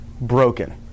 broken